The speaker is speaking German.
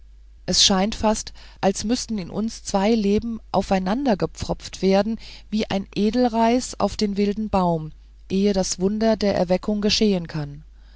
es scheint fast als müßten in uns zwei leben aufeinandergepfropft werden wie ein edelreis auf den wilden baum ehe das wunder der erweckung geschehen kann